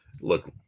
look